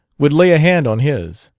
would lay a hand on his.